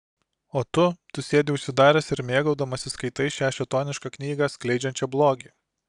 o tu tu sėdi užsidaręs ir mėgaudamasis skaitai šią šėtonišką knygą skleidžiančią blogį